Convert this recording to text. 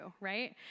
right